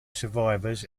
survivors